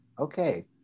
okay